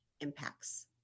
impacts